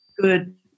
good